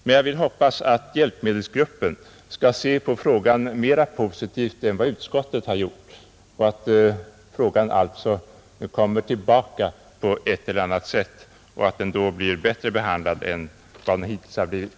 Men jag vill hoppas att hjälpmedelsgruppen skall se på frågan mera positivt än vad utskottet har gjort, att frågan alltså kommer tillbaka på ett eller annat sätt och att den då blir bättre behandlad än den hittills har blivit.